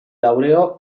laureò